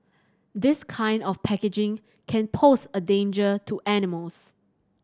this kind of packaging can pose a danger to animals